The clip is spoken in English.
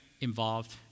involved